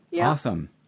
awesome